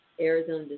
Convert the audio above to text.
Arizona